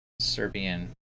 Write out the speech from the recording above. Serbian